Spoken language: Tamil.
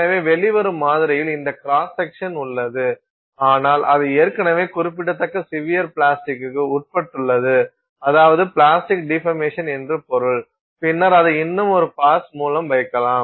எனவே வெளிவரும் மாதிரியில் இந்த கிராஸ் செக்சன் உள்ளது ஆனால் அது ஏற்கனவே குறிப்பிடத்தக்க சிவியர் பிளாஸ்டிக்க்கிற்கு உட்பட்டுள்ளது அதாவது பிளாஸ்டிக் டிபர்மேஷன் என்று பொருள் பின்னர் அதை இன்னும் ஒரு பாஸ் மூலம் வைக்கலாம்